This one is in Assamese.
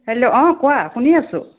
হেল্ল' অঁ কোৱা শুনি আছোঁ